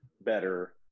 better